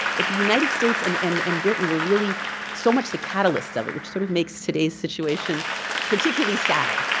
but the united states and and and britain were really so much the catalyst of it, which sort of makes today's situation particularly sad.